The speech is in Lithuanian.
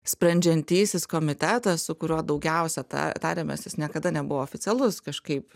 sprendžiantysis komitetas su kuriuo daugiausia tą tariamės jis niekada nebuvo oficialus kažkaip